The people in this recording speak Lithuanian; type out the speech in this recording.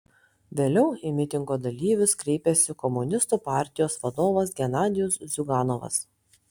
vėliau į mitingo dalyvius kreipėsi komunistų partijos vadovas genadijus ziuganovas